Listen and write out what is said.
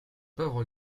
pauvre